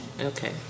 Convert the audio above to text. Okay